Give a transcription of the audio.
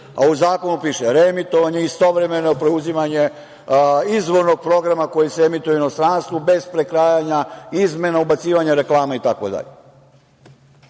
U zakonu piše - reemitovanje je istovremeno preuzimanje izvornog programa koji se emituje u inostranstvu bez prekrajanja, izmena i ubacivanja reklama itd. Vi